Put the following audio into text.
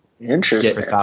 Interesting